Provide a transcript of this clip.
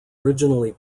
originally